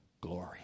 glory